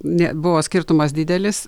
ne buvo skirtumas didelis